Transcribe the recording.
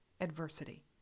adversity